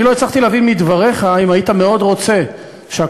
אני לא הצלחתי להבין מדבריך אם היית מאוד רוצה שהקונצרט